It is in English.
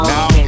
Now